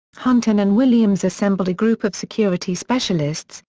hunton and williams assembled a group of security specialists,